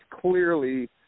clearly